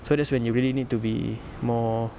so that's when you really need to be more